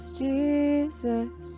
jesus